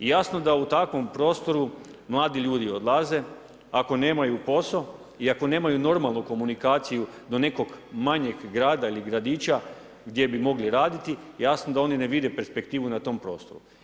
Jasno da u takvom prostoru mladi ljudi odlaze, ako nemaju posao i ako nemaju normalnu komunikaciju do nekog manjeg grada ili gradića gdje bi mogli raditi, jasno da oni ne vide perspektivu na tom prostoru.